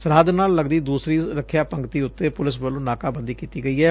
ਸਰਹੱਦ ਨਾਲ ਲਗਦੀ ਦੂਸਰੀ ਰੱਖਿਆ ਪੰਗਤੀ ਉਤੇ ਪੁਲਿਸ ਵੱਲੋਂ ਨਾਕਾਬੰਦੀ ਕੀਤੀ ਗਈ ਐ